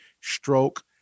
stroke